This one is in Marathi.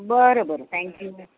बरं बरं थँक्यू मॅम